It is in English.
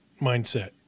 mindset